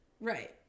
Right